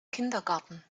kindergarten